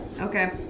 Okay